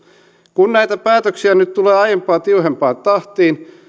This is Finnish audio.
kun näitä päätöksiä nyt tulee aiempaa tiuhempaan tahtiin